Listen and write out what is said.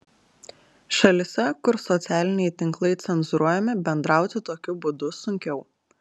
šalyse kur socialiniai tinklai cenzūruojami bendrauti tokiu būdu sunkiau